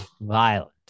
violent